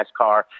NASCAR